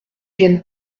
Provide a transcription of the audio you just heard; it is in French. viennent